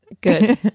Good